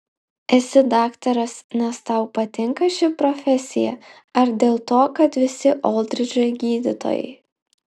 esi daktaras nes tau patinka ši profesija ar dėl to kad visi oldridžai gydytojai